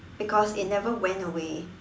because it never went away